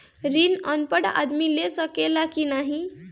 ऋण अनपढ़ आदमी ले सके ला की नाहीं?